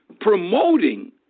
promoting